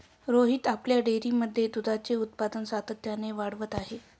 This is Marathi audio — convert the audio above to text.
रोहित आपल्या डेअरीमध्ये दुधाचे उत्पादन सातत्याने वाढवत आहे